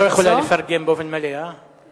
את לא יכולה לפרגן באופן מלא, הא?